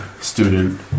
student